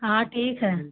हाँ ठीक है